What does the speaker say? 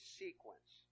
sequence